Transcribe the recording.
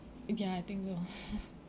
ya I think so